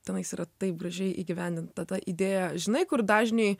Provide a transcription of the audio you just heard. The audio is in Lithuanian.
tenais yra taip gražiai įgyvendinta ta idėja žinai kur dažniui